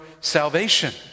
salvation